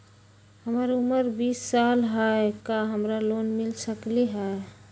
हमर उमर बीस साल हाय का हमरा लोन मिल सकली ह?